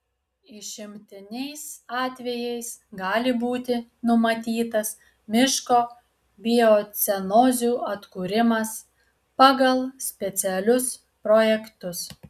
išimtiniais atvejais gali būti numatytas miško biocenozių atkūrimas pagal specialius projektus